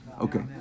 Okay